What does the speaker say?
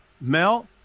Mel